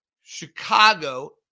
Chicago